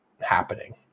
happening